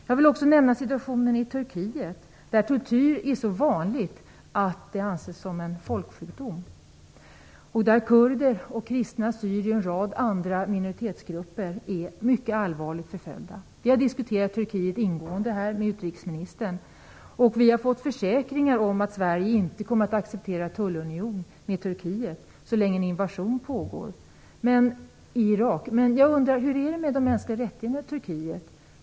Jag vill också nämna situationen i Turkiet, där tortyr är så vanligt att det ses som en folksjukdom. Där är kurder, kristna syrier och en rad andra minoritetsgrupper mycket allvarligt förföljda. Vi har ingående diskuterat situationen i Turkiet med utrikesministern och fått försäkringar om att Sverige inte kommer att acceptera en tullunion med Turkiet så länge en invasion pågår i Irak. Men hur är det med de mänskliga rättigheterna i Turkiet?